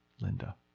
Linda